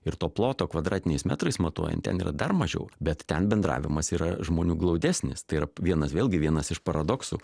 ir to ploto kvadratiniais metrais matuojant ten yra dar mažiau bet ten bendravimas yra žmonių glaudesnis tai yra vienas vėlgi vienas iš paradoksų